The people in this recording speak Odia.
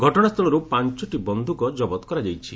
ଘଟଣାସ୍ଥଳରୁ ପାଞ୍ଚଟି ବନ୍ଧୁକ ଜବତ କରାଯାଇଛି